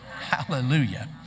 Hallelujah